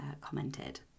commented